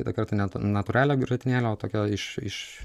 kitą kartą net natūralią grietinėlę o tokią iš iš